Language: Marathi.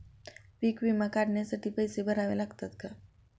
पीक विमा काढण्यासाठी पैसे भरावे लागतात का?